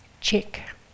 Check